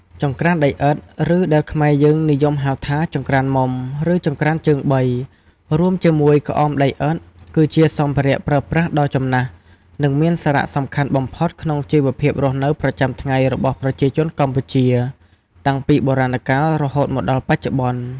ចង្ក្រានដីឥដ្ឋ ឬដែលខ្មែរយើងនិយមហៅថា ចង្ក្រានមុំ ឬ ចង្ក្រានជើងបី រួមជាមួយ ក្អមដីឥដ្ឋ គឺជាសម្ភារៈប្រើប្រាស់ដ៏ចំណាស់ និងមានសារៈសំខាន់បំផុតក្នុងជីវភាពរស់នៅប្រចាំថ្ងៃរបស់ប្រជាជនកម្ពុជា តាំងពីបុរាណកាលរហូតមកដល់បច្ចុប្បន្ន។